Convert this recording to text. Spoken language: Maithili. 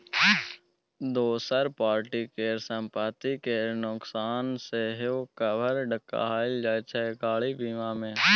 दोसर पार्टी केर संपत्ति केर नोकसान सेहो कभर कएल जाइत छै गाड़ी बीमा मे